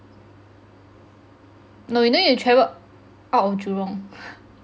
no you no need to travel out of jurong